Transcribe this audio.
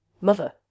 Mother